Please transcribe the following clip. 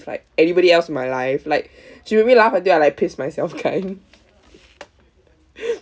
like anybody else in my life like she make me laugh until I like piss myself kind